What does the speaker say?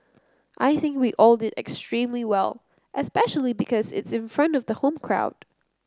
I think we all did extremely well especially because it's in front of the home crowd